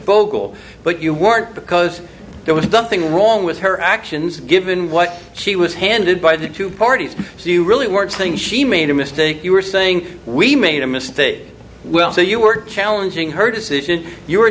bogle but you weren't because there was something wrong with her actions given what she was handed by the two parties so you really weren't saying she made a mistake you were saying we made a mistake well so you were challenging her decision you